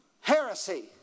heresy